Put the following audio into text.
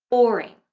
boring.